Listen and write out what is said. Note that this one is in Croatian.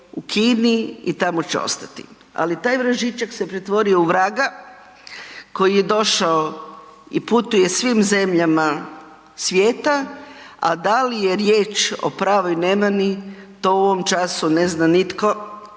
u Kini i tamo će ostati. Ali taj vražićak se pretvorio u vraga koji je došao i putuje svim zemljama svijeta. A da li je riječ o pravoj nemani, to u ovom času ne zna nitko.